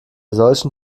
solchen